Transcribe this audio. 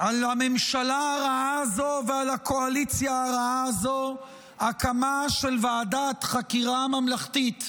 על הממשלה הרעה הזו ועל הקואליציה הרעה הזו הקמה של ועדת חקירה ממלכתית,